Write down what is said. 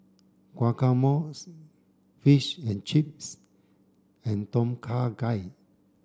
Guacamole's Fish and Chips and Tom Kha Gai